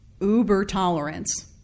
uber-tolerance